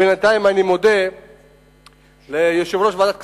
בינתיים, אני מודה ליושב-ראש ועדת הכספים,